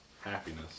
happiness